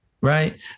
Right